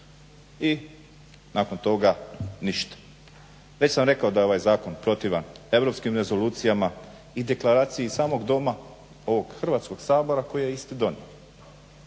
i nakon toga ništa. Već sam rekao da je ovaj zakon protivan europskim rezolucijama i deklaraciji samog Doma ovog Hrvatskog sabora koji je isti donio